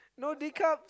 no they can't